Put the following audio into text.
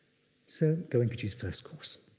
so, goenkaji's first course.